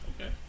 Okay